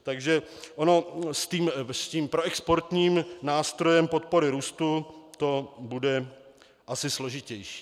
Takže ono s tím proexportním nástrojem podpory růstu to bude asi složitější.